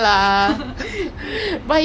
!wah! it's actually damn fun leh